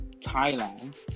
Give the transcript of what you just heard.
Thailand